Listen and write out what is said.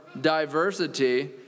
diversity